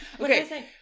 Okay